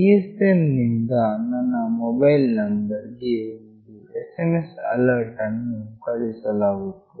ಈ GSM ನಿಂದ ನನ್ನ ಮೊಬೈಲ್ ನಂಬರ್ ಗೆ ಒಂದು SMS ಅಲರ್ಟ್ ಅನ್ನು ಕಳುಹಿಸಲಾಗುತ್ತದೆ